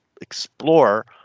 explore